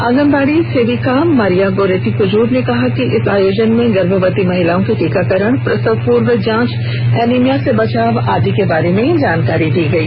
आंगनबाड़ी सेविका Maria Goretti Kujur ने कहा कि इस आयोजन में गर्भवती महिलाओं के टीकाकरण प्रसवपूर्व जांच एनीमिया से बचाव आदि के बारे जानकारी दी गई